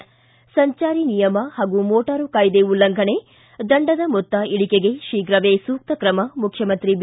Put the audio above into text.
ಿ ಸಂಚಾರಿ ನಿಯಮ ಹಾಗೂ ಮೋಟಾರು ಕಾಯ್ದೆ ಉಲ್ಲಂಘನೆ ದಂಡದ ಮೊತ್ತ ಇಳಿಕೆಗೆ ಶೀಘವೇ ಸೂಕ್ತ ಕ್ರಮ ಮುಖ್ಯಮಂತ್ರಿ ಬಿ